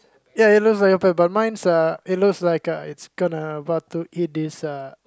ya it's like a pig but mine uh looks like uh it's gonna about to eat this uh